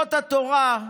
מצוות התורה,